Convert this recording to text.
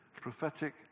Prophetic